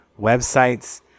websites